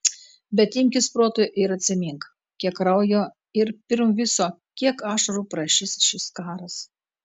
bet imkis proto ir atsimink kiek kraujo ir pirm viso kiek ašarų prašys šis karas